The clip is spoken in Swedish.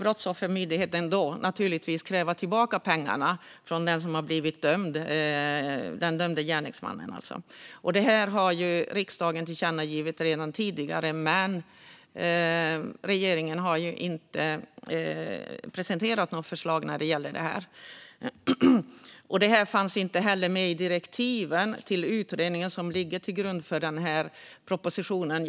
Brottsoffermyndigheten ska naturligtvis sedan kräva tillbaka pengarna från den dömde gärningsmannen. Detta har riksdagen redan tidigare tillkännagivit, men regeringen har inte presenterat något förslag om detta. Det fanns inte heller med i direktiven till den utredning som ligger till grund för propositionen.